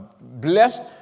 blessed